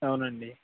అవునండి